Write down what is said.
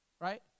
right